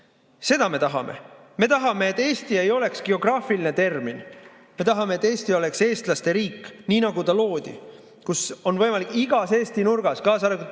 Seda me tahame. Me tahame, et Eesti ei oleks geograafiline termin. Me tahame, et Eesti oleks eestlaste riik, nii nagu ta loodi, kus on võimalik igas Eesti nurgas, kaasa